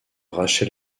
rachel